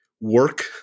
work